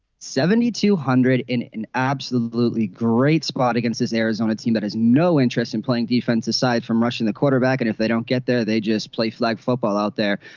seventy two hundred in an absolutely great spot against his arizona team that has no interest in playing defense aside from rushing the quarterback and if they don't get there they just play flag football out there.